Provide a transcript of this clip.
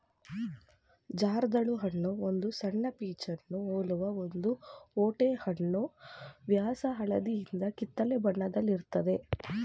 ಜರ್ದಾಳು ಹಣ್ಣು ಒಂದು ಸಣ್ಣ ಪೀಚನ್ನು ಹೋಲುವ ಒಂದು ಓಟೆಹಣ್ಣು ವ್ಯಾಸ ಹಳದಿಯಿಂದ ಕಿತ್ತಳೆ ಬಣ್ಣದಲ್ಲಿರ್ತದೆ